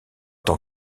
tant